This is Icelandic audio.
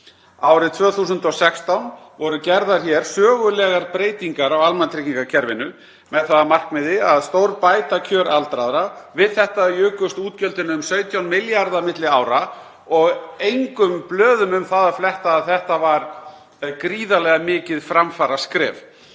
Árið 2016 voru gerðar hér sögulegar breytingar á almannatryggingakerfinu með það að markmiði að stórbæta kjör aldraðra. Við þetta jukust útgjöldin um 17 milljarða milli ára og er engum blöðum um það að fletta að þetta var gríðarlega mikið framfaraskref.